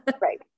Right